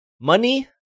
money